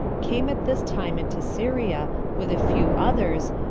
came at this time into syria, with a few others,